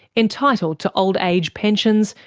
entitled to old age pensions,